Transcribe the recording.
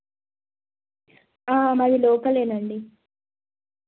మాది లోకల్ అండి